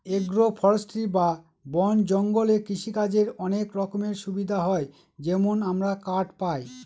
agro forestry বা বন জঙ্গলে কৃষিকাজের অনেক রকমের সুবিধা হয় যেমন আমরা কাঠ পায়